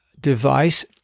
device